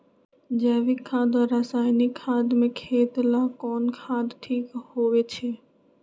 जैविक खाद और रासायनिक खाद में खेत ला कौन खाद ठीक होवैछे?